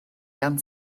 gan